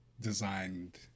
designed